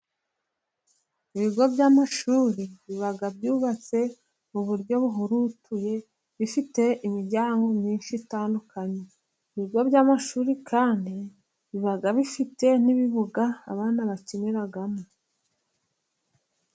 Ibigo by'amashuri biba byubatse mu buryo buhurutuye ,bifite imiryango myinshi itandukanye, ibigo by'amashuri kandi biba bifite n'ibibuga abandi bakiniramo.